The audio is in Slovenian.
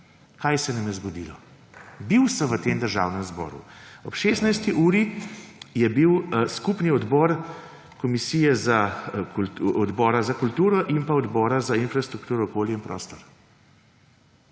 Kaj se nam je zgodilo? Bil sem v Državnem zboru. Ob 16. uri je bila skupna seja Odbora za kulturo in Odbora za infrastrukturo, okolje in prostor.